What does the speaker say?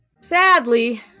sadly